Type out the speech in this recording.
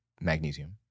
magnesium